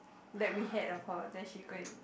that we had of her then she go and